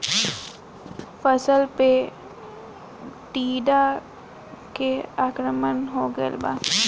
फसल पे टीडा के आक्रमण हो गइल बा?